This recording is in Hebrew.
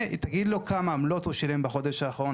והיא תגיד לו כמה עמלות הוא שילם בחודש האחרון